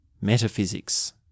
metaphysics